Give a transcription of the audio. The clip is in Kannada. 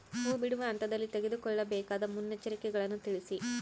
ಹೂ ಬಿಡುವ ಹಂತದಲ್ಲಿ ತೆಗೆದುಕೊಳ್ಳಬೇಕಾದ ಮುನ್ನೆಚ್ಚರಿಕೆಗಳನ್ನು ತಿಳಿಸಿ?